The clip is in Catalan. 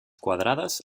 quadrades